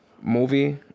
movie